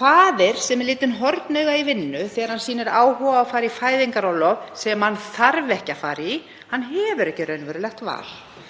Faðir sem er litinn hornauga í vinnu þegar hann sýnir áhuga á að fara í fæðingarorlof sem hann þarf ekki að fara í hefur ekki raunverulegt val.